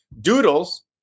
Doodles